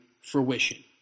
fruition